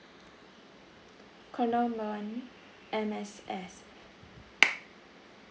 caller number one M_S_F